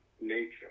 nature